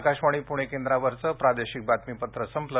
आकाशवाणी पुणे केंद्रावरचं प्रादेशिक बातमीपत्र संपलं